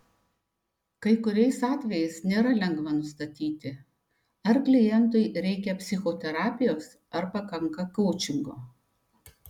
kai kuriais atvejais nėra lengva nustatyti ar klientui reikia psichoterapijos ar pakanka koučingo